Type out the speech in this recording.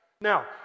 Now